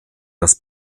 das